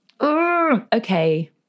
okay